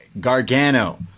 Gargano